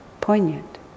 poignant